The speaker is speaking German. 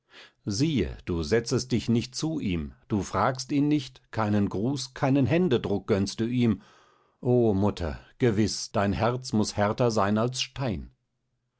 siehe du setzest dich nicht zu ihm du fragst ihn nicht keinen gruß keinen händedruck gönnst du ihm o mutter gewiß dein herz muß härter sein als stein